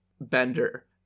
bender